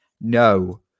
no